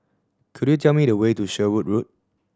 could you tell me the way to Sherwood Road